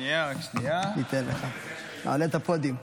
תודה רבה, אדוני היושב-ראש.